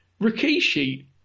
Rikishi